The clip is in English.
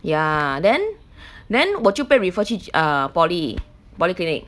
ya then then 我就被 refer 去 ah polyclinic polyclinic